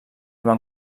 van